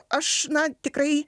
aš na tikrai